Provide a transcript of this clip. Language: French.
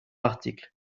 article